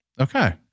Okay